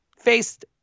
faced –